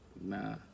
nah